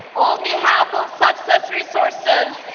on behalf of success resources,